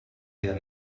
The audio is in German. der